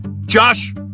Josh